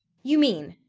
you mean,